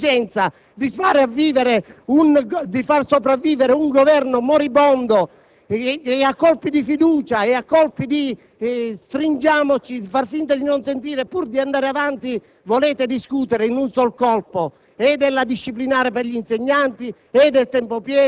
Come si fa a discutere con voi, che avete soltanto l'esigenza di far sopravvivere un Governo moribondo a colpi di fiducia e facendo finta di non sentire? Pur di andare avanti volete discutere in un sol colpo